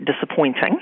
disappointing